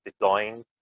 designed